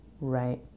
Right